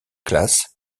classes